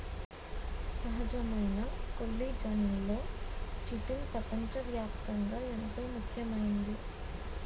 సహజమైన కొల్లిజన్లలో చిటిన్ పెపంచ వ్యాప్తంగా ఎంతో ముఖ్యమైంది